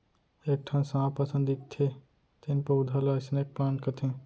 एक ठन सांप असन दिखथे तेन पउधा ल स्नेक प्लांट कथें